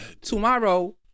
Tomorrow